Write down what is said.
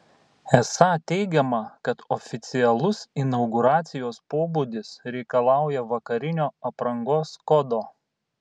esą teigiama kad oficialus inauguracijos pobūdis reikalauja vakarinio aprangos kodo